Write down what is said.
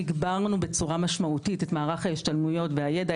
הגברנו בצורה משמעותית את מערך ההשתלמויות והידע.